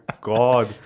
god